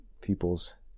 people's